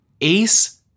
ace